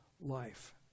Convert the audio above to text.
life